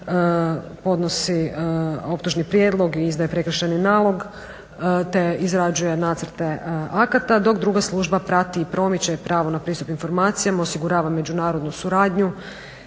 podnosi optužni prijedlog, izdaje prekršajni nalog, te izrađuje nacrte akata. Dok druga služba prati i promiče pravo na pristup informacijama, osigurava međunarodnu suradnju,